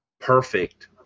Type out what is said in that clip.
perfect